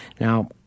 Now